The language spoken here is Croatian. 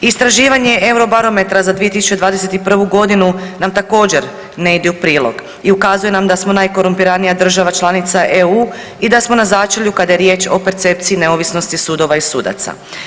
Istraživanje Eurobarometra za 2021.g. nam također ne ide u prilog i ukazuje nam da smo najkorumpiranija država članica EU i da smo na začelju kada je riječ o percepciji neovisnosti sudova i sudaca.